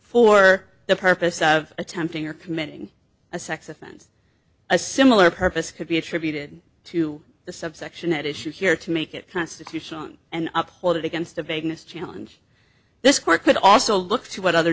for the purpose of attempting or committing a sex offense a similar purpose could be attributed to the subsection at issue here to make it constitutional on an up hold it against a vagueness challenge this court could also look to what other